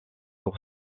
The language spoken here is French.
pour